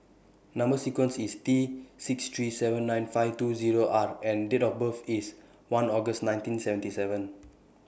Number sequence IS T six three seven nine five two Zero R and Date of birth IS one August nineteen seventy seven